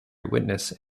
witness